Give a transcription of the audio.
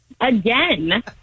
Again